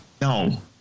No